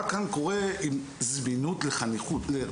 אז מה כן קורה אם אין זמינות לחונכים?